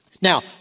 Now